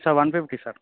sir one fifty sir